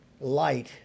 light